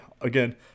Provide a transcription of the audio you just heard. Again